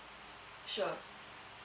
sure